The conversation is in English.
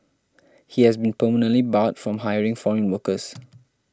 he has been permanently barred from hiring foreign workers